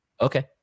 Okay